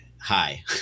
hi